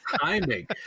timing